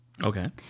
Okay